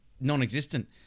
non-existent